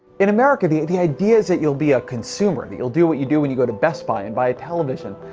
in america the the idea is that you'll be a consumer. that you'll do what you do when you go to best buy and buy a television.